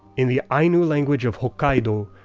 in the ainu language of hokkaido,